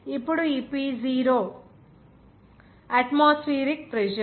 ఇప్పుడు ఈ P0 atmospheric pressure